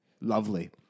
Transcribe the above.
Lovely